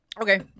Okay